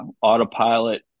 autopilot